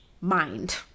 mind